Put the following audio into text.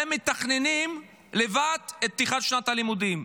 הם מתכננים לבד את פתיחת שנת הלימודים.